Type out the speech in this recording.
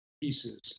pieces